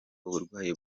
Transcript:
uburwayi